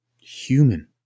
Human